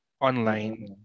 online